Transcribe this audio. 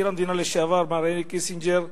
מזכיר המדינה לשעבר, מר הנרי קיסינג'ר,